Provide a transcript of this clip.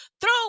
Throw